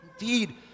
Indeed